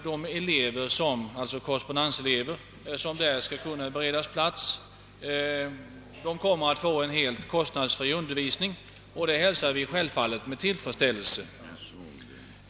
De korrespondenselever som där skall kunna beredas plats kommer att få en helt kostnadsfri undervisning, vilket vi självfallet hälsar med tillfredsställelse.